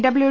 W